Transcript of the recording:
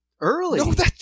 early